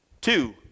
two